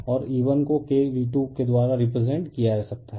और E1 को K V2 के द्वारा रिप्रेजेंट किया जा सकता है